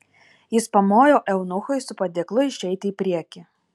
jis pamojo eunuchui su padėklu išeiti į priekį